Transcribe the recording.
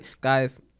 guys